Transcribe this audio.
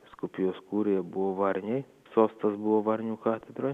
vyskupijos kūrė buvo varniai sostas buvo varnių katedroje